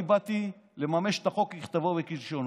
אני באתי לממש את החוק ככתבו וכלשונו.